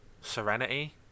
Serenity